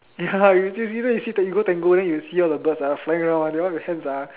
ya you you you know you see you go Tango then you see all the birds ah flying around all the hands ah